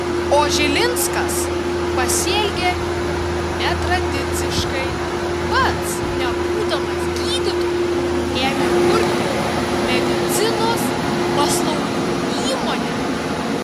o žilinskas pasielgė netradiciškai pats nebūdamas gydytoju ėmė kurti medicinos paslaugų įmonę